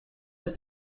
his